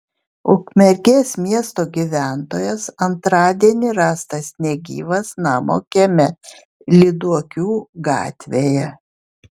ukmergės miesto gyventojas antradienį rastas negyvas namo kieme lyduokių gatvėje